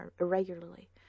irregularly